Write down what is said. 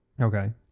Okay